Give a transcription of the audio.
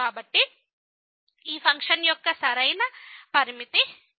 కాబట్టి ఈ ఫంక్షన్ యొక్క సరైన లిమిట్ x→0